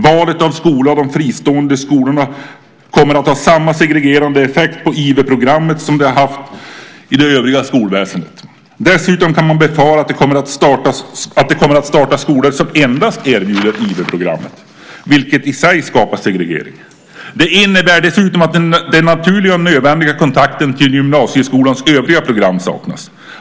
Valet av skola kommer med de fristående skolorna att ha samma segregerande effekt på IV-programmet som det har haft i det övriga skolväsendet. Dessutom kan man befara att det kommer att startas skolor som endast erbjuder IV-programmet, vilket i sig skapar segregering. Det innebär dessutom att den naturliga och nödvändiga kontakten med gymnasieskolans övriga program saknas.